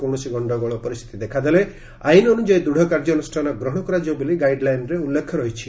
କୌଶସି ଗଣ୍ଡଗୋଳ ପରିସ୍ତିତି ଦେଖାଦେଲେ ଆଇନ ଅନୁଯାୟୀ ଦୂଢ କାର୍ଯ୍ୟାନୁଷ୍ଠାନ ନିଆଯିବ ବୋଲି ଗାଇଡଲାଇନରେ ଉଲ୍କେଖ ରହିଛି